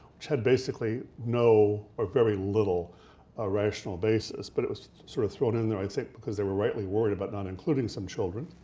which has basically no or very little ah rational basis, but it was sort of thrown in there i think because they were rightly worried about not including some children.